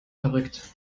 verrückt